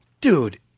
Dude